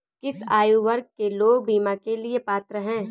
किस आयु वर्ग के लोग बीमा के लिए पात्र हैं?